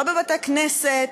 לא בבתי-כנסת,